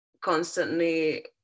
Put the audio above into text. constantly